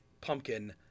Pumpkin